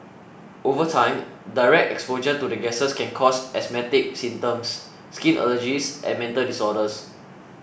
over time direct exposure to the gases can cause asthmatic symptoms skin allergies and mental disorders